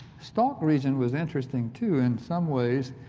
stop region was interesting, too in some ways,